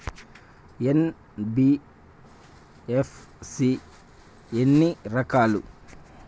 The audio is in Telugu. ఎన్.బి.ఎఫ్.సి ఎన్ని రకాలు?